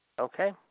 Okay